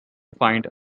find